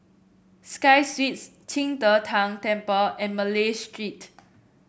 Sky Suites Qing De Tang Temple and Malay Street